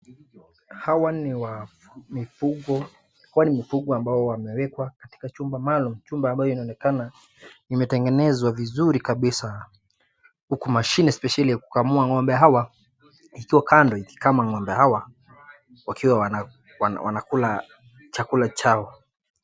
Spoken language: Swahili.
Hawa ni mifugo ambao wamewekwa katika chumba maalum. Chumba ambayo inaonekana imetegenezwa vizuri kabisa, uku mashini spesheli ya kukamua ng'ombe hawa ikiwa kando ikikama ng'ombe hawa wakiwa wanakula chakula chao.